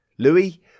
Louis